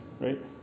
right